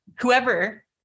whoever